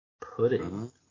Pudding